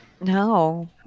No